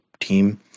team